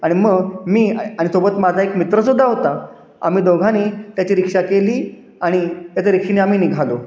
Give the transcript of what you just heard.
आणि मग मी आणि सोबत माझा एक मित्रसुद्धा होता आम्ही दोघांनी त्याची रिक्षा केली आणि त्याचं रिक्षाने आम्ही निघालो